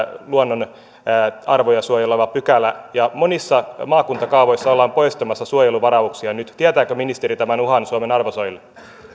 luonnonarvoja suojeleva pykälä monissa maakuntakaavoissa ollaan nyt poistamassa suojeluvarauksia tietääkö ministeri tämän uhan suomen arvosoille